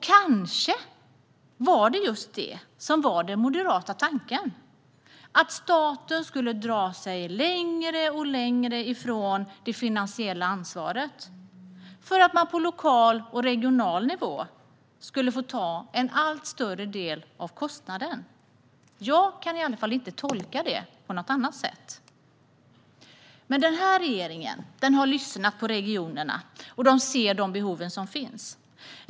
Kanske var det just detta som var den moderata tanken: att staten skulle dra sig längre och längre bort från det finansiella ansvaret för att man på lokal och regional nivå skulle få ta en allt större del av kostnaden. Jag kan i alla fall inte tolka det på något annat sätt. Men den här regeringen har lyssnat på regionerna och ser de behov som finns.